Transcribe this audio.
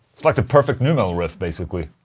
it's like the perfect nu metal riff basically